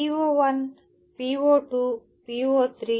PO1 PO2 PO3 PO4 మరియు PO5